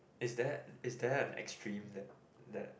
is that is that have an extreme that that